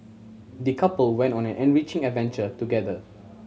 the couple went on an enriching adventure together